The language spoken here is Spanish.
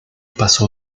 pasó